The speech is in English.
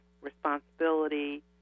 responsibility